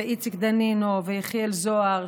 איציק דנינו ויחיאל זוהר,